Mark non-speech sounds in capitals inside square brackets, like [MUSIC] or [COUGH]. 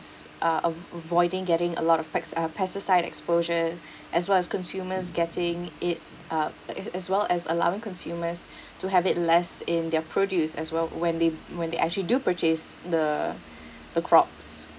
uh a~ avoiding getting a lot of pest~ uh pesticide exposure as well as consumers getting it um as as well as allowing consumers [BREATH] to have it less in their produce as well when they when they actually do purchase the the crops